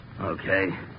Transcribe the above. Okay